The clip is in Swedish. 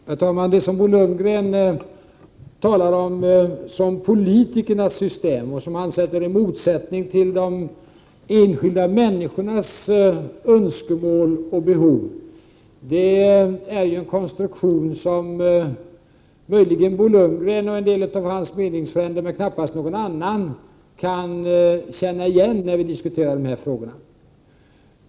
Herr talman! Det som Bo Lundgren talar om som politikernas system och som han ställer i motsättning till de enskilda människornas önskemål och behov är en konstruktion som möjligen Bo Lundgren och en del av hans meningsfränder men knappast någon annan kan känna igen när vi diskuterar dessa frågor.